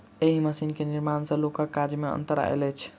एहि मशीन के निर्माण सॅ लोकक काज मे अन्तर आयल अछि